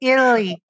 Italy